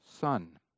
son